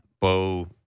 Bo